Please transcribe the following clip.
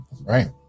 Right